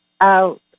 out